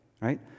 right